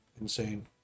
insane